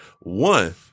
one